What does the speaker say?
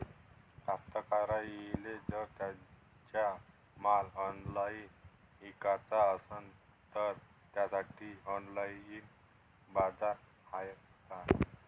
कास्तकाराइले जर त्यांचा माल ऑनलाइन इकाचा असन तर त्यासाठी ऑनलाइन बाजार हाय का?